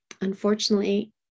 unfortunately